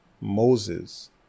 Moses